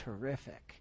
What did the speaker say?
terrific